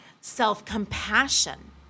self-compassion